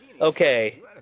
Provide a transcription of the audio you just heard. Okay